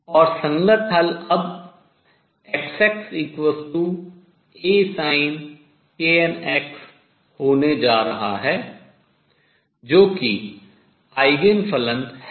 और संगत हल अब XxAsinknx होने जा रहा जो कि आयगेन फलन है